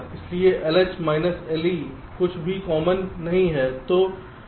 इसलिए LH minus LE कुछ भी कॉमन नहीं है